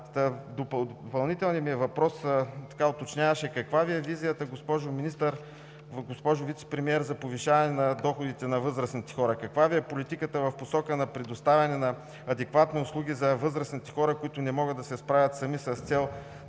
Допълнителният ми въпрос уточняваше каква Ви е визията, госпожо Вицепремиер, за повишаване на доходите на възрастните хора? Каква Ви е политиката в посока на предоставяне на адекватни услуги за възрастните хора, които не могат да се справят сами, с цел